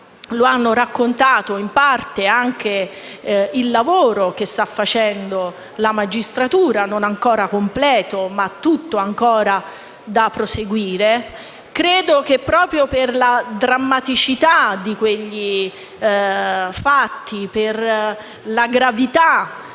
lo ha raccontato in parte anche il lavoro che sta facendo la magistratura, non ancora completo, ma tutto ancora da proseguire. Credo che proprio per la drammaticità di quei fatti e per la gravità